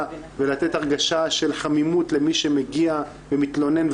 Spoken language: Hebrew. ולתת הרגשה של חמימות למי שמגיע ומתלונן,